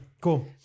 Cool